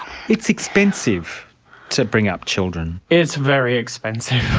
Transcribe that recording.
it's expensive to bring up children. it's very expensive.